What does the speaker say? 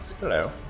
Hello